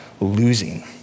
losing